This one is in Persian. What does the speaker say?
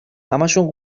همهشون